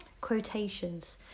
Quotations